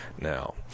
Now